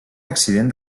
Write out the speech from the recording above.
accident